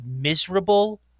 miserable